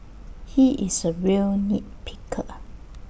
he is A real nit picker